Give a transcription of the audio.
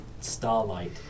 starlight